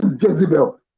Jezebel